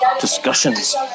discussions